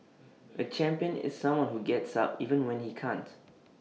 A champion is someone who gets up even when he can't